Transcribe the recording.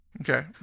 Okay